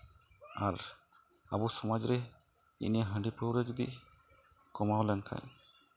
ᱟᱨ ᱟᱵᱚ ᱥᱚᱢᱟᱡᱽ ᱨᱮ ᱱᱤᱭᱟᱹ ᱦᱟᱺᱰᱤ ᱯᱟᱹᱣᱨᱟᱹ ᱡᱩᱫᱤ ᱠᱚᱢᱟᱣ ᱞᱮᱱᱠᱷᱟᱱ